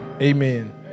Amen